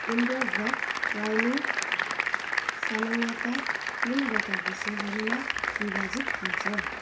indoor rock climbing सामान्यत तिनवटा विषयहरूमा विभाजित हुन्छ